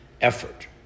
effort